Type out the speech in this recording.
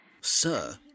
Sir